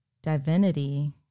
divinity